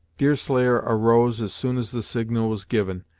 deerslayer arose as soon as the signal was given,